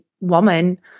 woman